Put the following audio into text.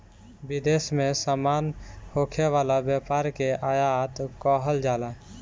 विदेश में सामान होखे वाला व्यापार के आयात कहल जाला